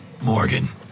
Morgan